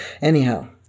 Anyhow